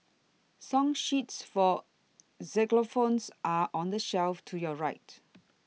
song sheets for xylophones are on the shelf to your right